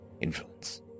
influence